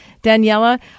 Daniela